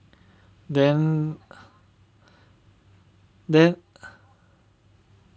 then then